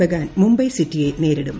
ബഗാൻ മുംബൈ സിറ്റിയെ നേരിടും